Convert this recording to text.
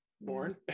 born